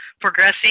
progressing